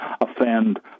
offend